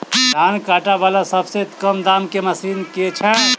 धान काटा वला सबसँ कम दाम केँ मशीन केँ छैय?